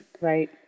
Right